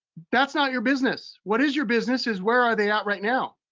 that's not your business. what is your business is where are they at right now?